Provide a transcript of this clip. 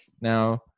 now